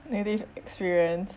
negative experience